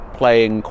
playing